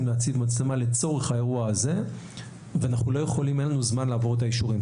להציב מצלמה לצורך האירוע הזה ואין לנו זמן לעבור את האישורים,